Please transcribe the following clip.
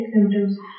symptoms